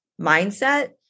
mindset